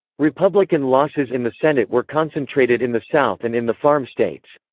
republican losses in the senate were concentrated in the south and in the farm states.